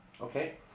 Okay